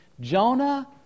Jonah